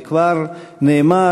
וכבר נאמר,